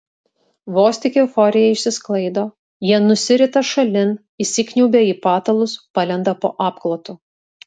vos tik euforija išsisklaido jie nusirita šalin įsikniaubia į patalus palenda po apklotu